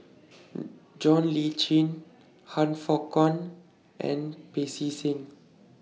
John Le Cain Han Fook Kwang and Pancy Seng